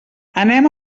anem